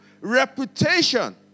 reputation